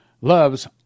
loves